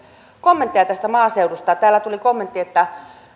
kommentteja tästä maaseudusta täällä tuli kommentti että